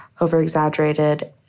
over-exaggerated